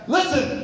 Listen